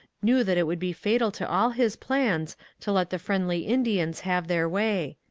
knew that it would be fatal to all his plans to let the friendly indians have their way.